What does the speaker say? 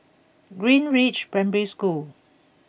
Greenridge Primary School